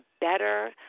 better